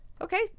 Okay